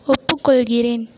ஒப்புக்கொள்கிறேன்